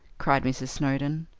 cried mrs. snowdon.